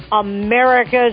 America's